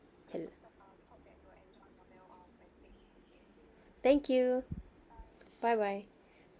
hel~ thank you bye bye